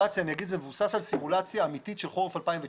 זה מבוסס על סימולציה אמיתית של חורף 2019